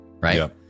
right